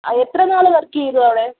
ആ എത്ര നാൾ വർക്ക് ചെയ്തു അവിടെ